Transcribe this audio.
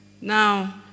Now